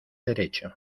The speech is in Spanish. derecho